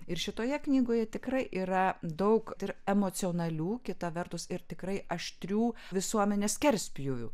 ir šitoje knygoje tikrai yra daug ir emocionalių kita vertus ir tikrai aštrių visuomenės skerspjūvių